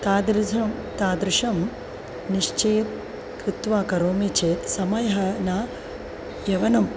तादृशं तादृशं निश्चयं कृत्वा करोमि चेत् समयः न यवनम्